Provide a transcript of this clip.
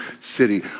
city